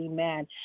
amen